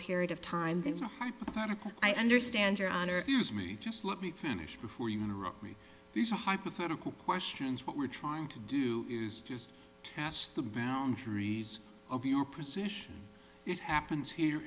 period of time that's a hypothetical i understand your honor accuse me just let me finish before you interrupt me these hypothetical questions what we're trying to do is just to cast the boundaries of your position it happens here